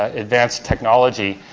advanced technology.